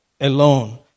alone